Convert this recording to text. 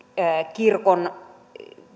kirkon